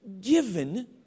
given